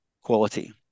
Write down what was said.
quality